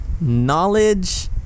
knowledge